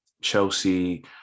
Chelsea